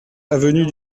avenue